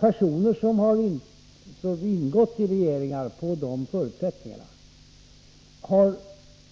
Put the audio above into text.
Personer som har ingått i regeringar på de förutsättningarna har alltid